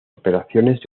operaciones